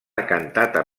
cantata